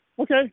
Okay